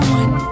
one